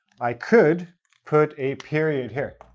i could put a period here,